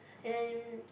and